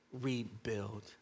rebuild